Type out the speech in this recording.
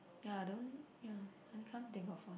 ya I don't ya I can't think of one